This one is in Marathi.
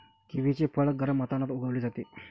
किवीचे फळ गरम वातावरणात उगवले जाते